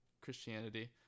christianity